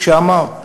כשאמר.